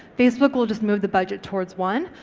facebook will just move the budget towards one,